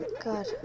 god